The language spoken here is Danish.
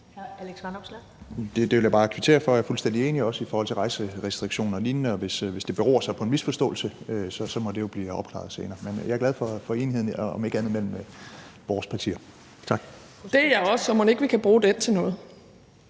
Det vil jeg bare kvittere for, og jeg er fuldstændig enig i det, også i forhold til rejserestriktioner og lignende, og hvis det beror på en misforståelse, så må det jo bliver afklaret senere. Men jeg er glad for enigheden – om ikke andet – mellem vores partier. Tak. Kl. 14:30 Første næstformand (Karen Ellemann):